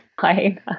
fine